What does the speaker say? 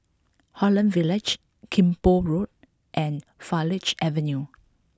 Holland Village Kim Pong Road and Farleigh Avenue